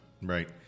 Right